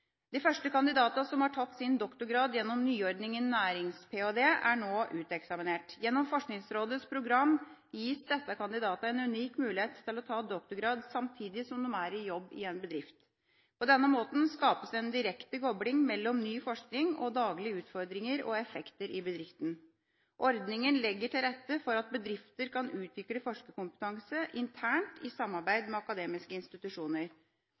De første kandidatene som har tatt sin doktorgrad gjennom nyordninga nærings-ph.d., er nå uteksaminert. Gjennom Forskningsrådets program gis disse kandidatene en unik mulighet til å ta doktorgrad samtidig som de er i jobb i en bedrift. På denne måten skapes en direkte kobling mellom ny forskning og daglige utfordringer og effekter i bedriften. Ordninga legger til rette for at bedrifter kan utvikle forskerkompetanse internt i samarbeid med akademiske institusjoner.